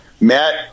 Matt